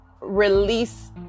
release